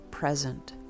present